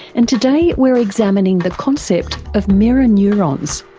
and today we're examining the concept of mirror neurons.